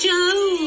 Joe